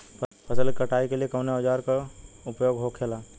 फसल की कटाई के लिए कवने औजार को उपयोग हो खेला?